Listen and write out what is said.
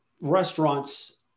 restaurants